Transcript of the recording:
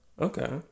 Okay